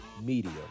media